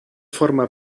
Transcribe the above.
forma